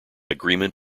agreement